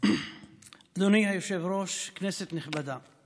היושב-ראש, כנסת נכבדה,